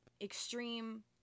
extreme